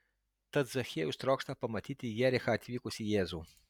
tad zachiejus trokšta pamatyti į jerichą atvykusį jėzų